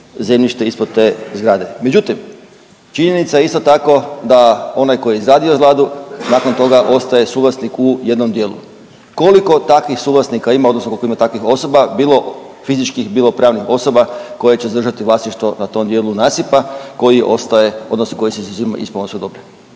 zemljište ispod te zgrade. Međutim, činjenica je isto tako da onaj koji je izgradio zgradu nakon toga ostaje suvlasnik u jednom dijelu. Koliko takvih suvlasnika ima odnosno koliko ima takvih osoba bilo fizičkih, bilo pravnih osoba koje će zadržati vlasništvo na tom dijelu nasipa koji ostaje odnosno koji se izuzima iz pomorskog dobra.